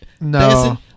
No